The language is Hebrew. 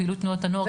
לפעילות תנועות הנוער.